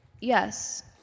Yes